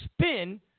spin